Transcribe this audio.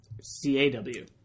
C-A-W